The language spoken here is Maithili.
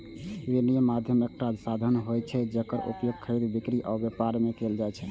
विनिमय माध्यम एकटा साधन होइ छै, जेकर उपयोग खरीद, बिक्री आ व्यापार मे कैल जाइ छै